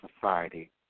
society